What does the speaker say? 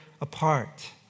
apart